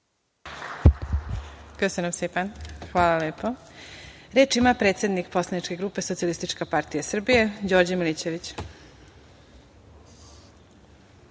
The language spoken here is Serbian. Hvala.